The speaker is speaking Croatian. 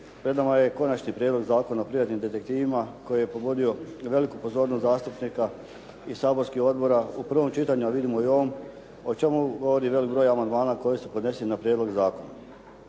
Pred nama je Konačni prijedlog zakona o privatnim detektivima koji je povodio veliku pozornost zastupnika i saborskih odbora u prvom čitanju, a vidimo i u ovom. O čemu govori velik broj amandmana koji su podneseni na prijedlog zakona.